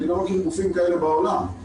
אני לא מכיר גופים כאלה בעולם.